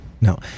No